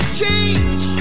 change